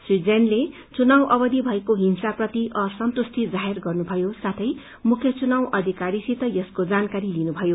श्री जैनले चुनाव अवधि भएको हिंसाप्रति असन्तुष्टी जाहेगर गर्नुभयो साथै मुख्य चुनाव अधिकारीसित यसको जानकारी लिनुभयो